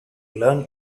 learn